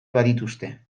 badituzte